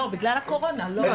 לא, בגלל הקורונה, לא?